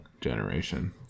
generation